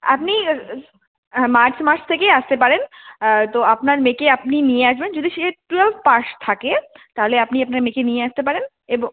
আপনি মার্চ মাস থেকেই আসতে পারেন তো আপনার মেয়েকে আপনি নিয়ে আসবেন যদি সে টুয়েলভ পাস থাকে তাহলে আপনি আপনার মেয়েকে নিয়ে আসতে পারেন এব